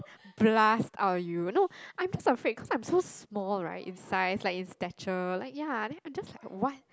blast out you no I'm just afraid cause I'm so small right in size like in stature like ya then I'm just like what